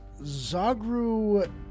Zagru